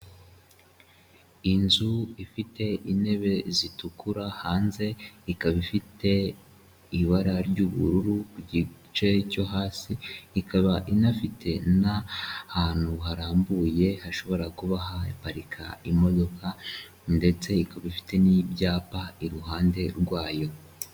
Inzu ifite intebe zitukura hanze ikaba ifite ibara ry'ubururu ku gice cyo hasi, ikaba inafite n'ahantu harambuye hashobora kuba haparika imodoka ndetse ikaba ifite n'ibyapa iruhande rwayo.